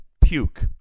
puke